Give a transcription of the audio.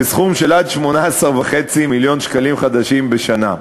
בסכום שעד 18.5 מיליון שקלים חדשים בשנה.